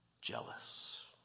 jealous